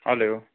hello